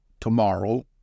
tomorrow